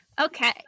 Okay